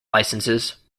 licenses